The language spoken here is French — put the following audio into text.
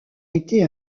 été